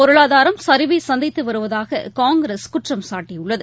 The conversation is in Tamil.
பொருளாதாரம் சரிவைசந்தித்துவருவதாககாங்கிரஸ் குற்றம் சாட்டியுள்ளது